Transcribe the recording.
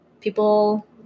people